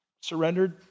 surrendered